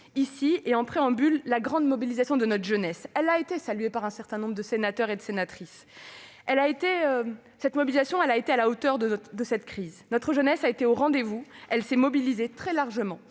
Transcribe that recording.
ici, en préambule, la grande mobilisation de notre jeunesse, qui a été saluée par un certain nombre de sénateurs et de sénatrices. Cette mobilisation a été à la hauteur de la crise. Notre jeunesse a été au rendez-vous, elle s'est mobilisée très largement